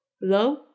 hello